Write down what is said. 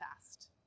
fast